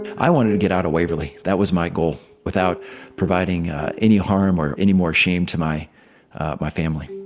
i wanted to get out of waverley. that was my goal. without providing any harm or any more shame to my my family,